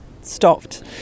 stopped